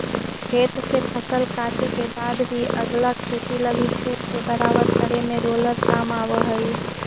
खेत से फसल काटे के बाद भी अगला खेती लगी खेत के बराबर करे में रोलर काम आवऽ हई